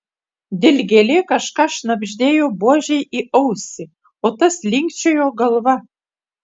dilgėlė kažką šnabždėjo buožei į ausį o tas linkčiojo galva